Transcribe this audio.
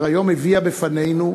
אשר היום הביאה בפנינו